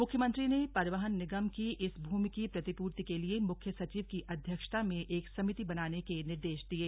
मुख्यमंत्री ने परिवहन निगम की इस भूमि की प्रतिपूर्ति के लिए मुख्य सचिव की अध्यक्षता में एक समिति बनाने के निर्देश दिये